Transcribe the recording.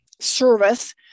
service